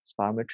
spirometry